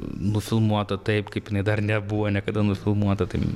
nufilmuota taip kaip dar nebuvo niekada nufilmuota taip